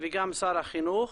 וגם שר החינוך.